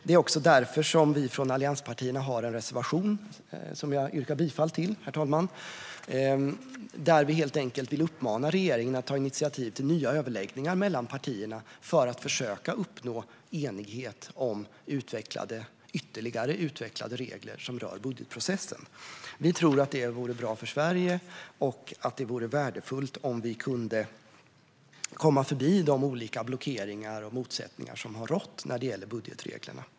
Det är därför som vi från allianspartierna har en reservation, som jag yrkar bifall till, där vi helt enkelt vill uppmana regeringen att ta initiativ till nya överläggningar mellan partierna för att försöka uppnå enighet om ytterligare utvecklade regler som rör budgetprocessen. Vi tror att det vore bra och värdefullt för Sverige om vi kunde komma förbi de olika blockeringar och motsättningar som har rått när det gäller budgetreglerna.